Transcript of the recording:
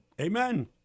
Amen